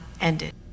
ended